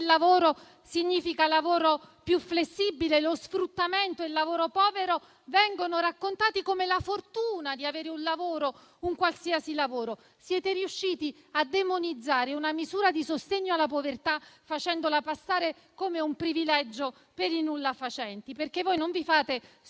lavoro significa lavoro più flessibile. Lo sfruttamento e il lavoro povero vengono raccontati come la fortuna di avere un lavoro, un qualsiasi lavoro. Siete riusciti a demonizzare una misura di sostegno alla povertà facendola passare come un privilegio per i nullafacenti, perché voi non vi fate scrupoli